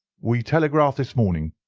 we telegraphed this morning.